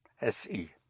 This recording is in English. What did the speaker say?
s-e